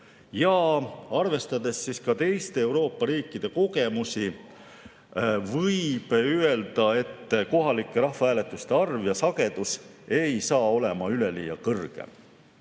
Arvestades teiste Euroopa riikide kogemusi võib öelda, et kohalike rahvahääletuste arv ja sagedus ei ole üleliia kõrge.